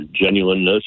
genuineness